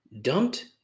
dumped